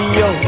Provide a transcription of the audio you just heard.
yo